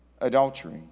adultery